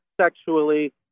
sexually